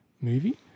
movie